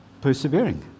persevering